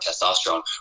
testosterone